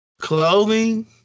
clothing